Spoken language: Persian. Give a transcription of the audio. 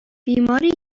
بیماری